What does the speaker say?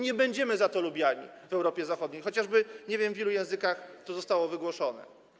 Nie będziemy za to lubiani w Europie Zachodniej, chociażby nie wiem, w ilu językach to zostało wygłoszone.